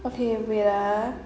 okay wait ah